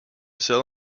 cell